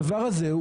הדבר הזה,